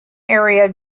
area